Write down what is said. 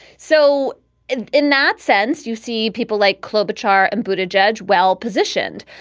so in in that sense, you see people like klobuchar and bhuta judge well positioned.